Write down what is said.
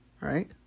right